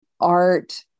art